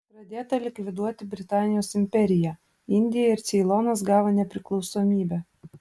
pradėta likviduoti britanijos imperiją indija ir ceilonas gavo nepriklausomybę